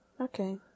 Okay